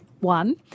one